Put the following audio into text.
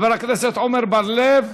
חבר הכנסת עמר בר-לב,